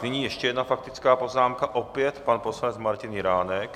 Nyní ještě jedna faktická poznámka opět pan poslanec Martin Jiránek.